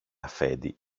αφέντη